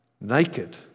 naked